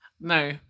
No